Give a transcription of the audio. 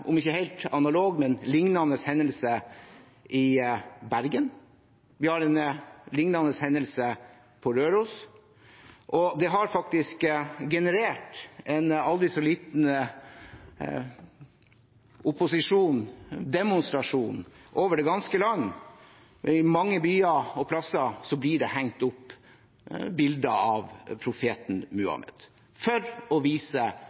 om ikke helt analog, men lignende hendelse i Bergen. Vi har en lignende hendelse på Røros. Det har faktisk generert en aldri så liten opposisjon, en demonstrasjon over det ganske land. I mange byer og mange plasser blir det hengt opp bilder av profeten Muhammed for å vise